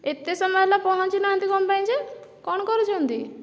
ଏତେ ସମୟ ହେଲା ପହଞ୍ଚିନାହାନ୍ତି କ'ଣ ପାଇଁ ଯେ କ'ଣ କରୁଛନ୍ତି